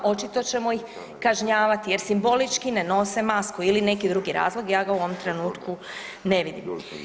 Očito ćemo ih kažnjavati jer simbolički ne nose masku ili neki drugi razlog, ja ga u ovom trenutku ne vidim.